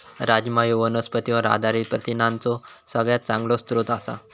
राजमा ह्यो वनस्पतींवर आधारित प्रथिनांचो सगळ्यात चांगलो स्रोत आसा